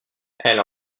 elle